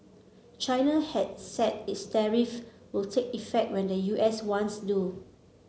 China has said its tariff will take effect when the U S ones do